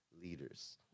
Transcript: leaders